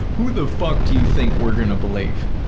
who the fuck do you think we're gonna believe?